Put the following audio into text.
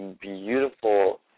beautiful